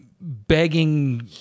begging